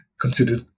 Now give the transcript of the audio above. considered